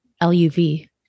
l-u-v